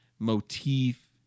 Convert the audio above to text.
motif